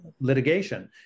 litigation